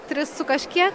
tris su kažkiek